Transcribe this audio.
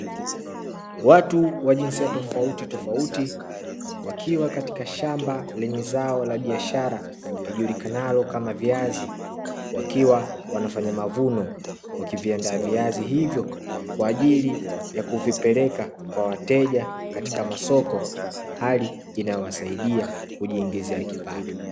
Watu wa jinsia tofautitofauti wakiwa katika shamba lenye zao la biashara lijulikanalo kama viazi, wakiwa wanafanya mavuno, wakiviandaa viazi hivyo kwa ajili ya kuvipeleka kwa wateja katika masoko, hali inayowasaidia kujiingizia kipato.